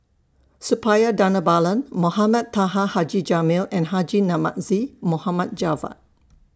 Suppiah Dhanabalan Mohamed Taha Haji Jamil and Haji Namazie Mohamed Javad